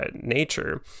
nature